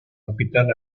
hospital